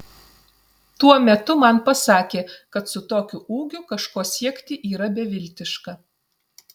tuo metu man pasakė kad su tokiu ūgiu kažko siekti yra beviltiška